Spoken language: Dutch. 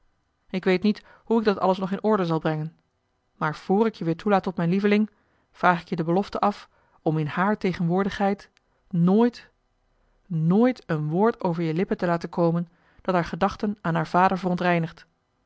ik weet niet hoe ik dat alles nog in orde zal brengen maar vr ik je weer toelaat tot mijn lieveling vraag ik je de belofte af om in haar tegenwoordigheid nooit nooit een woord over je lippen te laten komen dat haar gedachten aan haar vader verontreinigt